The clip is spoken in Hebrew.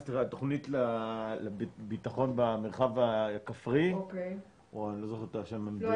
התכנית לביטחון במרחב הכפרי ואני לא זוכר את השם המדויק -- לא,